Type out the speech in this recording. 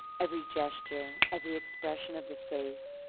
every gesture, every expression of the face,